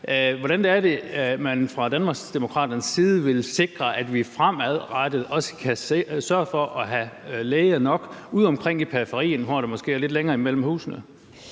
Hvordan vil man fra Danmarksdemokraternes side sikre, at vi fremadrettet også kan sørge for at have læger nok udeomkring i periferien, hvor der måske er lidt længere mellem husene?